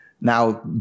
now